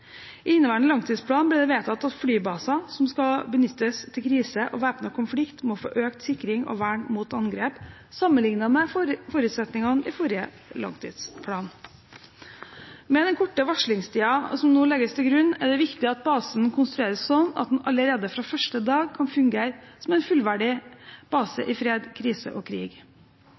I inneværende langtidsplan ble det vedtatt at flybaser som skal benyttes til krise og væpnet konflikt, må få økt sikring og vern mot angrep sammenlignet med forutsetningene i forrige langtidsplan. Med den korte varslingstiden som nå legges til grunn, er det viktig at basen konstrueres sånn at den allerede fra første dag kan fungere som en fullverdig base i fred, krise og krig.